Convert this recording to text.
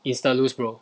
instant lose bro